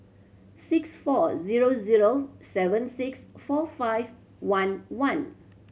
six four zero zero seven six four five one one